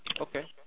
Okay